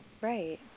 Right